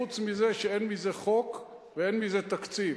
חוץ מזה שאין מזה חוק ואין מזה תקציב.